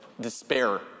despair